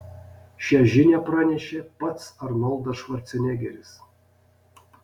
šią žinią pranešė pats arnoldas švarcnegeris